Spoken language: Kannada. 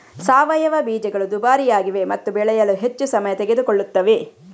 ಸಾವಯವ ಬೀಜಗಳು ದುಬಾರಿಯಾಗಿವೆ ಮತ್ತು ಬೆಳೆಯಲು ಹೆಚ್ಚು ಸಮಯ ತೆಗೆದುಕೊಳ್ಳುತ್ತವೆ